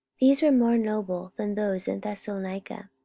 these were more noble than those in thessalonica,